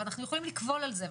ואנחנו יכולים לקבול על זה,